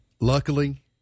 Luckily